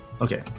Okay